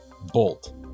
bolt